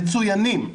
מצוינים.